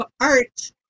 art